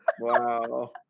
Wow